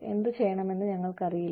എന്തുചെയ്യണമെന്ന് ഞങ്ങൾക്കറിയില്ല